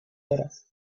horas